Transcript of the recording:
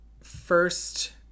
first